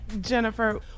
Jennifer